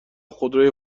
خودروی